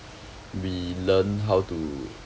we learn how to